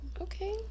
Okay